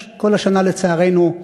יש כל השנה, לצערנו,